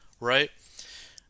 right